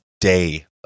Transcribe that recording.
day